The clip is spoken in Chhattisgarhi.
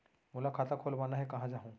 मोला खाता खोलवाना हे, कहाँ जाहूँ?